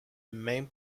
main